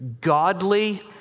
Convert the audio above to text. godly